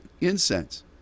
incense